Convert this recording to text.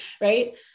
right